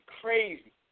crazy